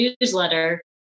newsletter